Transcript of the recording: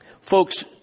folks